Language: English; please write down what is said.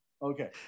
Okay